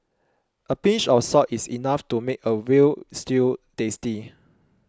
a pinch of salt is enough to make a Veal Stew tasty